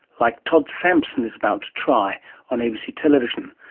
like todd sampson is about to try on abc tv?